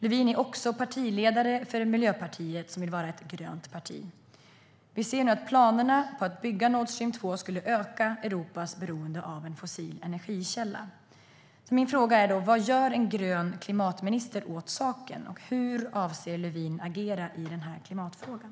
Lövin är också partiledare för Miljöpartiet, som vill vara ett grönt parti. Att bygga Nordstream 2 skulle öka Europas beroende av beroende av en fossil energikälla. Min fråga är då: Vad gör en grön klimatminister åt saken? Hur avser Lövin att agera i den här klimatfrågan?